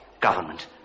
government